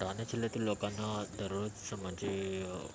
ठाणे जिल्ह्यातील लोकांना दररोज म्हणजे